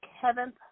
Kevin